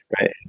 Right